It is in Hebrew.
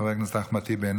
חבר הכנסת אחמד טיבי,